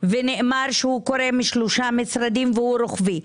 ונאמר שקורה בשלושה משרדים והוא רוחבי,